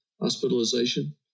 hospitalization